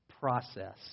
process